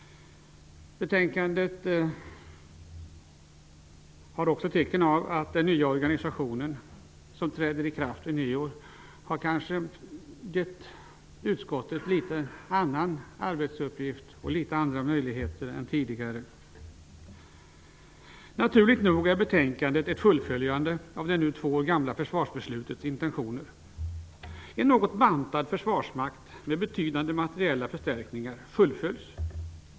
Betänkandet visar också att den nya organisation som träder i kraft vid halvårsskiftet kanske har gett utskottet litet andra arbetsuppgifter och litet andra möjligheter än tidigare. Naturligt nog är betänkandet ett fullföljande av det nu två år gamla försvarsbeslutets intentioner. Det rör sig om en något bantad försvarsmakt med betydande materiella förstärkningar.